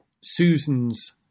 susan's